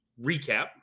recap